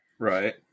Right